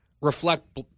reflect